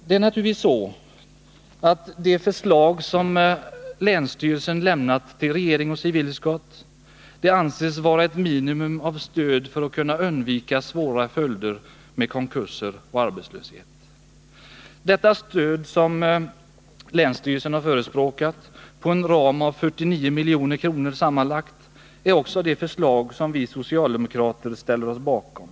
Det är naturligtvis så att de förslag som länsstyrelsen lämnat till regeringen och civilutskottet anses innefatta det minimala stödet för att undvika svåra följder i form av konkurser och arbetslöshet. Det stöd som länsstyrelsen förespråkat inom en ram på 49 milj.kr. överensstämmer med det förslag som vi socialdemokrater ställer oss bakom.